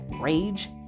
Rage